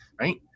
Right